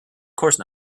course